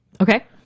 Okay